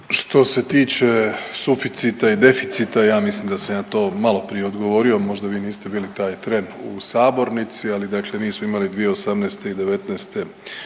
Što se tiče suficita i deficita ja mislim da sam ja to malo prije odgovorio, možda vi niste bili taj tren u sabornici. Ali dakle mi smo imali 2018. i 19.